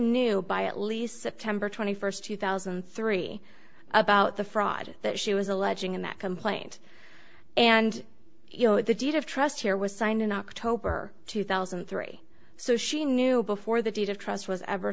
knew by at least september twenty first two thousand and three about the fraud that she was alleging in that complaint and you know the deed of trust here was signed in october two thousand and three so she knew before the deed of trust was ever